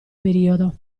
periodo